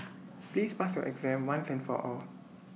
please pass your exam once and for all